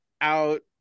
out